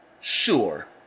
sure